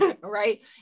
Right